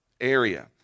area